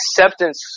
acceptance